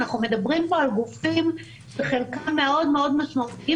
אנחנו מדברים פה על גופים שחלקם מאוד מאוד משמעותיים